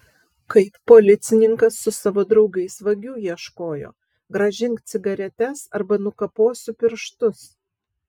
kaip policininkas su savo draugais vagių ieškojo grąžink cigaretes arba nukaposiu pirštus